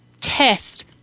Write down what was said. test